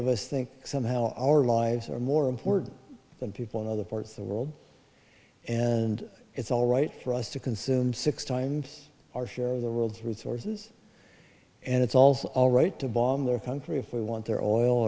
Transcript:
of us think somehow our lives are more important than people in other parts of the world and it's all right for us to consume six times our share of the world's resources and it's also all right to bomb their country if we want their oil